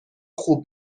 خوب